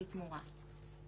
בתמורה".